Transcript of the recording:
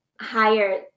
higher